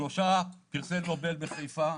שלושה פרסי נובל בחיפה,